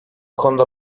konuda